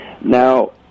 Now